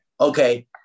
Okay